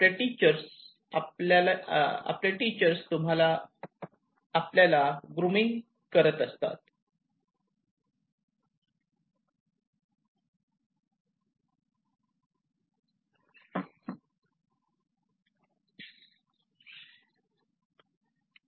आपले टीचर्स तुम्हाला आपल्याला ग्रूमिंग करत असतात